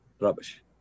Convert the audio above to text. rubbish